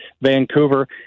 Vancouver